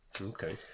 Okay